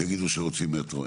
שיגידו שרוצים מטרו.